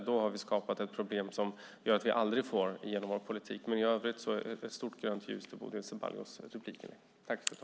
Då har vi skapat ett problem som gör att vi aldrig får igenom vår politik. Men i övrigt är det ett stort grönt ljus till Bodil Ceballos i replikerna.